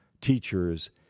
teachers